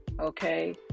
Okay